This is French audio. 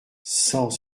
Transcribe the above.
cent